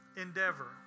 endeavor